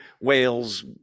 Whales